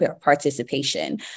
participation